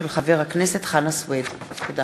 תודה.